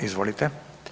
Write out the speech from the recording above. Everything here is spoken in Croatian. Izvolite.